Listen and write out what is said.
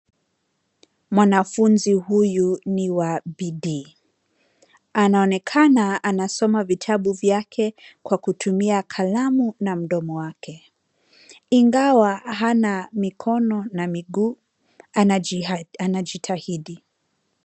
Mwanafunzi huyu ni wa bidii. Anaonekana anasoma vitabu vyake kwa kutumia kalamu na mdomo wake. Ingawa hana mikono na miguu, anajitahidi.